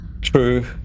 true